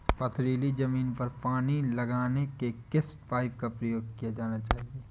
पथरीली ज़मीन पर पानी लगाने के किस पाइप का प्रयोग किया जाना चाहिए?